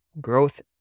growth